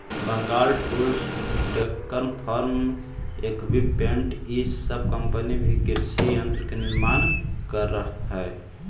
Bengal tools, Deccan farm equipments इ सब company भी कृषि यन्त्र के निर्माण करऽ हई